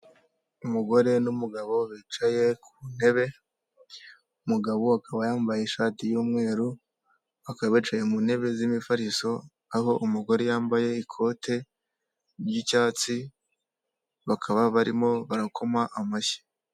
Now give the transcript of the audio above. Umugore n'umugabo bicaye ku ntebe, umugabo akaba yambaye ishati y'umweru akaba yicaye mu ntebe z'imifariso, aho umugore yambaye ikote ry'icyatsi bakaba barimo barakoma amashyi.